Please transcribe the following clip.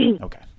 okay